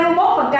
21%